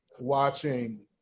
watching